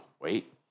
wait